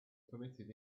permitted